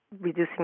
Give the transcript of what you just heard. reducing